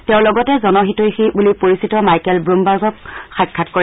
তেওঁ লগতে জনহিতৈষৈ বুলি পৰিচিত মাইকেল ব্ৰমবাৰ্গক সাক্ষাৎ কৰে